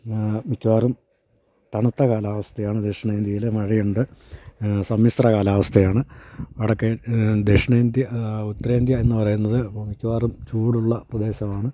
മിക്കവാറും തണുത്ത കാലാവസ്ഥയാണ് ദക്ഷിണേന്ത്യയിൽ മഴയുണ്ട് സമ്മിശ്ര കാലാവസ്ഥയാണ് വടക്കെ ദക്ഷിണേന്ത്യ ഉത്തരേന്ത്യ എന്നു പറയുന്നത് മിക്കവാറും ചൂടുള്ള പ്രദേശമാണ്